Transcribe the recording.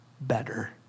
better